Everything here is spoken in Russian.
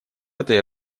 этой